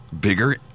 Bigger